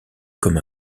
comme